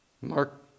Mark